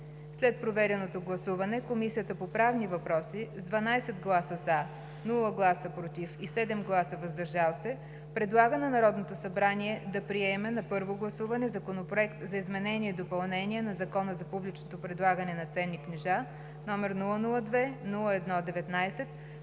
След проведеното гласуване Комисията по правни въпроси с 12 гласа „за“, без гласове „против“ и 7 гласа „въздържал се“ предлага на Народното събрание да приеме на първо гласуване Законопроект за изменение и допълнение на Закона за публичното предлагане на ценни книжа, № 002-01-19,